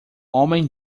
homem